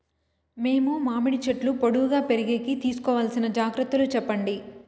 మేము మామిడి చెట్లు పొడువుగా పెరిగేకి తీసుకోవాల్సిన జాగ్రత్త లు చెప్పండి?